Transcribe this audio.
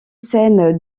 scène